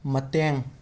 ꯃꯇꯦꯡ